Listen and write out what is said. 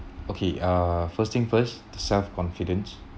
okay uh first thing first the self confidence